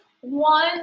one